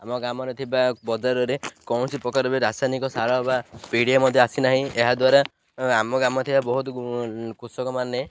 ଆମ ଗ୍ରାମରେ ଥିବା ବଜାରରେ କୌଣସି ପ୍ରକାର ବି ରାସାୟନିକ ସାର ବା ପିଡ଼ିଆ ମଧ୍ୟ ଆସି ନାହିଁ ଏହା ଦ୍ୱାରା ଆମ ଗ୍ରାମ ଥିବା ବହୁତ କୃଷକମାନେ